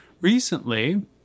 Recently